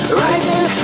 rising